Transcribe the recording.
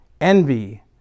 envy